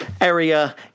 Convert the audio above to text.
area